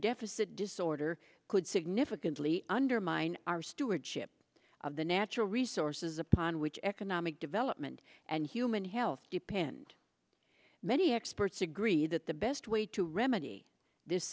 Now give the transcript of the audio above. deficit disorder could significantly undermine our stewardship of the natural resources upon which economic development and human health depend many experts agree that the best way to remedy this